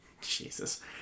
Jesus